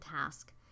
task